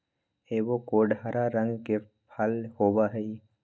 avocado हरा रंग के फल होबा हई